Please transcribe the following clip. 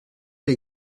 les